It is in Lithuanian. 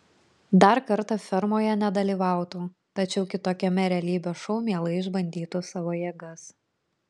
dar kartą fermoje nedalyvautų tačiau kitokiame realybės šou mielai išbandytų savo jėgas